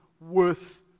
worth